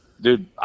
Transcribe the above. Dude